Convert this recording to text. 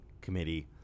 committee